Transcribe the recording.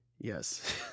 Yes